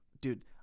dude